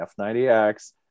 F90X